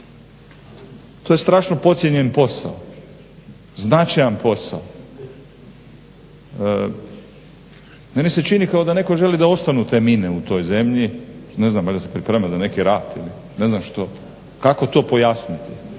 To je strašno podcijenjen posao, značajan posao. Meni se čini kao da netko želi da ostanu te mine u toj zemlji. Ne znam valjda se pripremaju za neki rat ili ne znam što. Kako to pojasniti?